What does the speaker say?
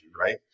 right